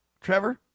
Trevor